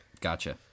Gotcha